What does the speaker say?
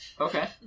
okay